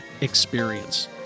experience